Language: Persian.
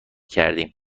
کردیم